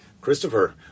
Christopher